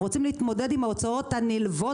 הם רוצים להתמודד עם ההוצאות הנלוות